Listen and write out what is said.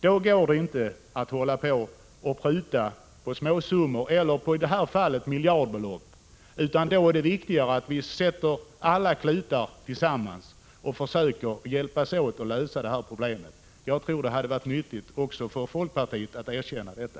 Då går det inte att pruta på småsummor eller i det här fallet miljardbelopp, utan då är det viktigare att sätta till alla klutar och tillsammans försöka hjälpas åt att lösa problemen. Jag tror att det hade varit nyttigt också för folkpartiet att erkänna detta.